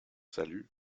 salut